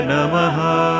Namaha